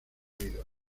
vida